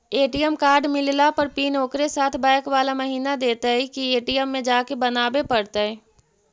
ATM card मिलला पर pin ओकरे साथे बैक बाला महिना देतै कि ए.टी.एम में जाके बना बे पड़तै?